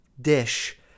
dish